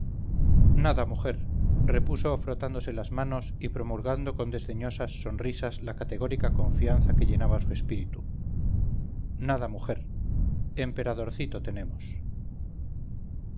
nada mujer repuso frotándose las manos y promulgando con desdeñosassonrisas la categórica confianza que llenaba su espíritu nada mujer emperadorcito tenemos